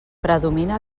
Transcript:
predomina